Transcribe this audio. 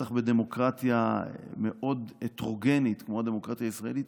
בטח בדמוקרטיה מאוד הטרוגנית כמו הדמוקרטיה ישראלית,